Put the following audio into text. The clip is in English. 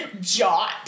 Jot